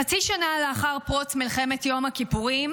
חצי שנה לאחר פרוץ מלחמת יום הכיפורים